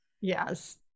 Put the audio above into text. Yes